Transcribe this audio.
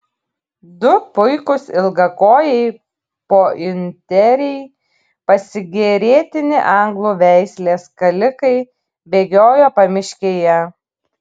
du puikūs ilgakojai pointeriai pasigėrėtini anglų veislės skalikai bėgiojo pamiškėje